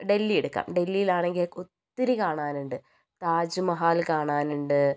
ഡൽഹി എടുക്കാം ഡൽഹിയിൽ ആണെങ്കിൽ ഒത്തിരി കാണാനുണ്ട് താജ്മഹൽ കാണാനുണ്ട്